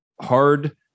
Hard